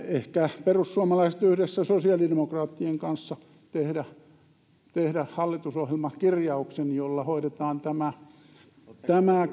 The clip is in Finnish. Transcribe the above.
ehkä perussuomalaiset yhdessä sosiaalidemokraattien kanssa tästä asiasta voidaan tehdä hallitusohjelmakirjaus jolla hoidetaan tämä tämä